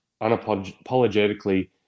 unapologetically